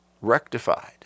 rectified